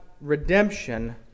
redemption